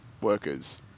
workers